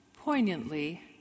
Poignantly